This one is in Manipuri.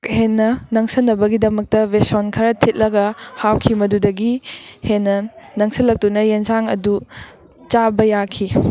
ꯍꯦꯟꯅ ꯅꯪꯁꯤꯟꯅꯕꯒꯤꯗꯃꯛꯇ ꯕꯦꯁꯣꯟ ꯈꯔ ꯊꯤꯠꯂꯒ ꯍꯥꯞꯈꯤ ꯃꯗꯨꯗꯒꯤ ꯍꯦꯟꯅ ꯅꯪꯁꯤꯜꯂꯛꯇꯨꯅ ꯌꯦꯟꯁꯥꯡ ꯑꯗꯨ ꯆꯥꯕ ꯌꯥꯈꯤ